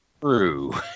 True